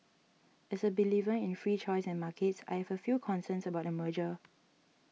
as a believer in free choice and markets I have few concerns about the merger